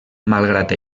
malgrat